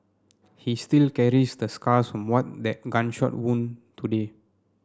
he still carries the scars from what that gunshot wound today